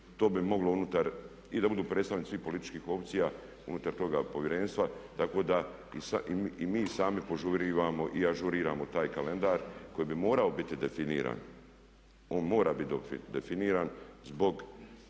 To bi moglo unutar, i da budu predstavnici svih političkih opcija unutar toga povjerenstva tako da i mi sami požurujemo i ažuriramo taj kalendar koji bi morao biti definiran. On mora biti definiran zbog,